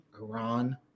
Iran